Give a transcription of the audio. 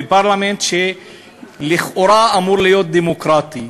בפרלמנט שלכאורה אמור להיות דמוקרטי.